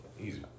Easy